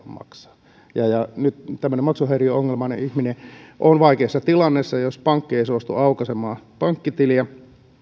maksaa nyt tämmöinen maksuhäiriöongelmainen ihminen on vaikeassa tilanteessa jos pankki ei suostu aukaisemaan pankkitiliä